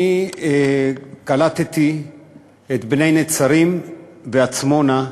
אני קלטתי את בני נצרים ועצמונה,